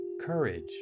Courage